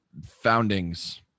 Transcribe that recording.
foundings